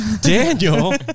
Daniel